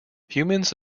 humans